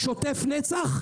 משלמים לנו שוטף פלוס נצח,